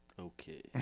Okay